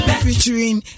featuring